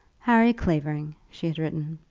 harry clavering, she had written,